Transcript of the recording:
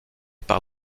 par